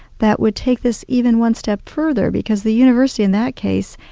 that would take this even one step further because the university in that case,